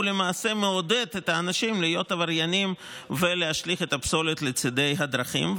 למעשה מעודד את האנשים להיות עבריינים ולהשליך את הפסולת לצידי הדרכים,